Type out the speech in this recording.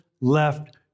left